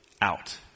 out